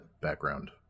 background